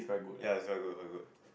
ya it's quite good quite good